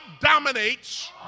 dominates